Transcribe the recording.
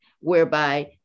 whereby